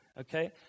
okay